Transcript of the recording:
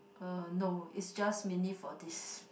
err no it's just mainly for this